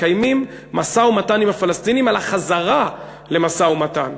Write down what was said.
מקיימים משא-ומתן עם הפלסטינים על החזרה למשא-ומתן,